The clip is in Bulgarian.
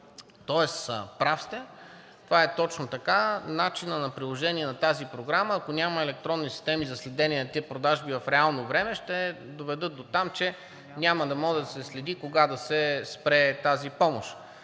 Тоест прав сте. Това е точно така. Начинът на приложение на тази програма, ако няма електронни системи за следене на тези продажби в реално време, ще доведе дотам, че няма да може да се следи кога да се спре тази помощ.